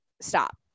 stop